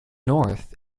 north